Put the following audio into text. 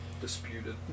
disputed